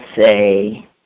say